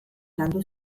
landu